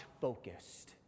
focused